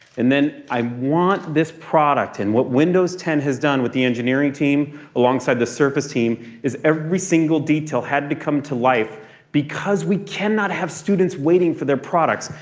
and then i want this product. and what windows ten has done with the engineering team alongside the surface team is every single detail had to come to life because we cannot have students waiting for their products.